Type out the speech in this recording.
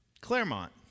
Claremont